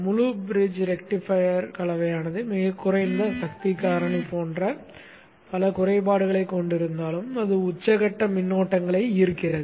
முழு bridge rectifier கலவையானது மிகக் குறைந்த சக்தி காரணி போன்ற பல குறைபாடுகளைக் கொண்டிருந்தாலும் அது உச்சகட்ட மின்னோட்டங்களை ஈர்க்கிறது